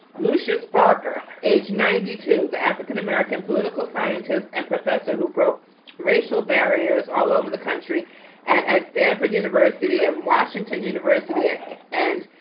lucius barker, age ninety two, the applicant american political scientist and professor who broke racial barriers all over the country and at stanford university and washington university and